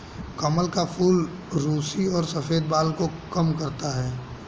कमल का फूल रुसी और सफ़ेद बाल को कम करता है